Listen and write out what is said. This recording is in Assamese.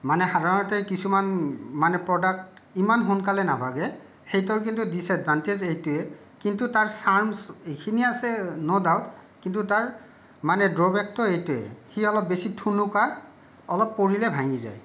মানে সাধাৰণতে কিছুমান মানে প্ৰডাক্ট ইমান সোনকালে নাভাগে সেইটোৰ কিন্তু ডিচএডভানটেজ এইটোৱেই কিন্তু তাৰ চাৰ্মছ এইখিনি আছে ন' ডাউট কিন্তু তাৰ মানে ড্ৰবেকটো এইটোৱেই সি অলপ বেছি ঠুনুকা অলপ পৰিলেই ভাঙি যায়